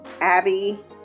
Abby